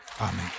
Amen